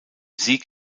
sieg